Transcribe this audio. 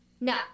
No